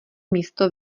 místo